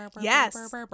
yes